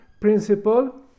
principle